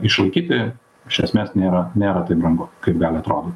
išlaikyti iš esmės nėra nėra taip brangu kaip gali atrodyt